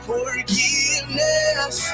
Forgiveness